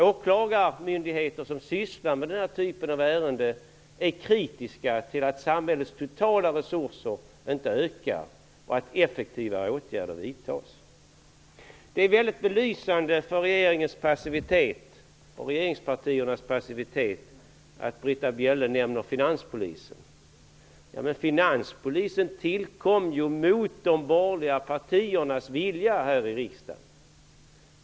Åklagarmyndigheter som sysslar med denna typ av ärenden är kritiska till att samhällets totala resurser inte ökar och att effektivare åtgärder inte vidtas. Väldigt belysande för regeringens och regeringspartiernas passivitet är att Britta Bjelle nämner finanspolisen. Finanspolisen tillkom ju mot de borgerliga partiernas vilja här i riksdagen.